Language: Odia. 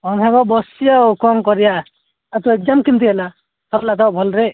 ହଁ ସାଙ୍ଗ ବସିଛି ଆଉ କ'ଣ କରିବା ଆଉ ତୋ ଏକଜାମ କେମିତି ହେଲା ସରିଲା ତ ଭଲରେ